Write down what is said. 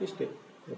ಇಷ್ಟೇ